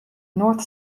north